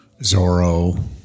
Zorro